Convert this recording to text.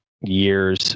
years